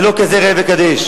זה לא כזה ראה וקדש.